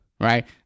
right